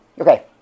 Okay